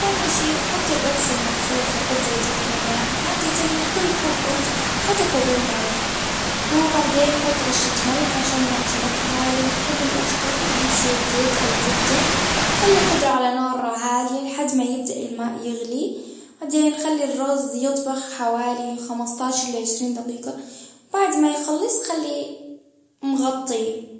ثاني شي حطي الأرز المغسول في قدر وضيف له ماء، عادة لكل كوب أرز حطي كوب معي، وبعدين حط رشة ملح عشان يعطي نكهة ،وإذا بتحب الأرز طري ضيف شوية زيت او زبدة. خلي القدرة على نار عالية لحد ما يبدأ الماء يغلي، بعدين خلي الرز يطبخ حوالي خمسة عشر لعشرين دقيقة بعد ما يخلص خليه مغطي.